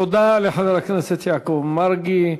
תודה לחבר הכנסת יעקב מרגי.